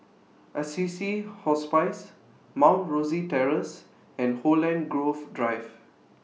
Assisi Hospice Mount Rosie Terrace and Holland Grove Drive